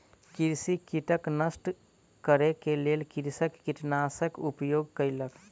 कृषि कीटक नष्ट करै के लेल कृषक कीटनाशकक उपयोग कयलक